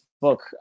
book